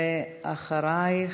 ואחרייך,